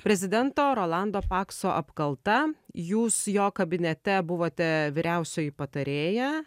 prezidento rolando pakso apkalta jūs jo kabinete buvote vyriausioji patarėja